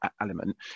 element